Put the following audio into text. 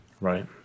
Right